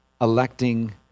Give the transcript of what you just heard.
electing